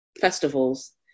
festivals